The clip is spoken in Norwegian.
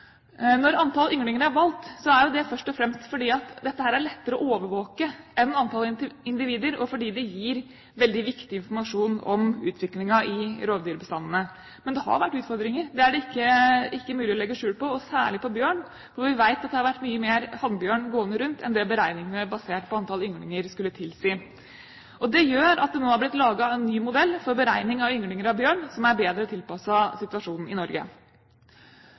Når antall ynglinger er valgt, er jo det først og fremst fordi dette er lettere å overvåke enn antall individer, og fordi det gir veldig viktig informasjon om utviklingen i rovdyrbestandene. Men det har vært utfordringer – det er det ikke mulig å legge skjul på – særlig når det gjelder bjørn, når vi vet at det har vært mange flere hannbjørner gående rundt enn det beregningene basert på antall ynglinger skulle tilsi. Det gjør at det nå er blitt laget en ny modell for beregning av ynglinger av bjørn, som er bedre tilpasset situasjonen i Norge.